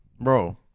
Bro